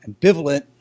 ambivalent